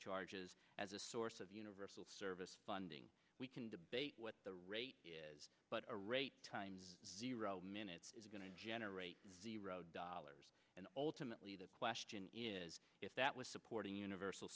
charges as a source of universal service funding we can debate what the rate is but a rate times zero minutes is going to generate zero dollars and ultimately the question is if that was supporting universal